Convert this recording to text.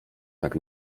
tak